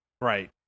right